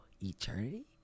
eternity